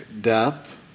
death